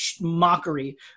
mockery